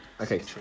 Okay